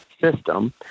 system